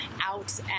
out